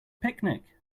picnic